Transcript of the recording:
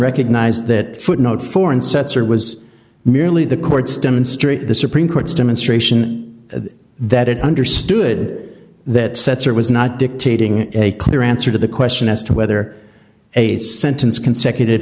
recognized that footnote four and setser was merely the court's demonstrate the supreme court's demonstration that it understood that sets or was not dictating a clear answer to the question as to whether a sentence consecutive